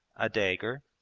a dagger,